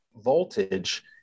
voltage